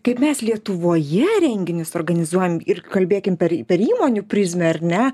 kaip mes lietuvoje renginius organizuojam ir kalbėkim per per įmonių prizmę ar ne